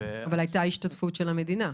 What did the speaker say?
אבל הייתה השתתפות של המדינה.